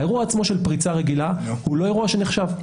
האירוע עצמו של פריצה רגילה הוא לא אירוע שנחשב.